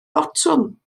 botwm